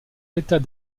l’état